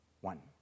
one